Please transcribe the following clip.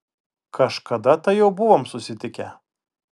kažkada tai jau buvom susitikę